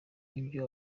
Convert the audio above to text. ibyo